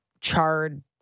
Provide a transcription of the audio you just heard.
charred